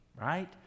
right